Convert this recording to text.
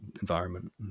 environment